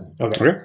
Okay